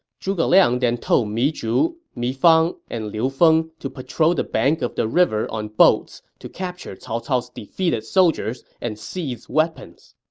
zhuge liang then told mi zhu, mi fang, and liu feng to patrol the bank of the river on boats to capture cao cao's defeated soldiers and seize weapons.